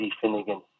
Finnegan